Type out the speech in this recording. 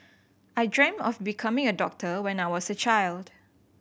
I dreamed of becoming a doctor when I was a child